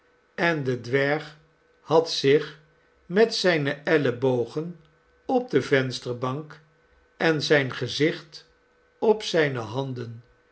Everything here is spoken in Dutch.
en de dwerg had zich met zijne ellebogen op de vensterbank en zijn gezicht op zijne handen